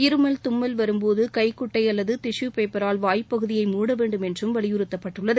இருமல் தும்பல் வரும்போது கைகுட்டை அல்லது டிஷு பேப்பரால் வாய் பகுதியை மூட வேண்டும் என்றும் வலியுறுத்தப்பட்டுள்ளது